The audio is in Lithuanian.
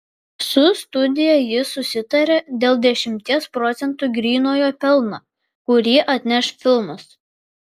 su studija jis susitarė dėl dešimties procentų grynojo pelno kurį atneš filmas